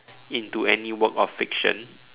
into any work of fiction